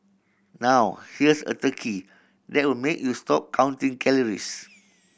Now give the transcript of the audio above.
now here's a turkey that will make you stop counting calories